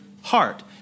heart